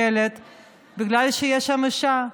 בגלל שיש שם אישה,